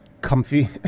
comfy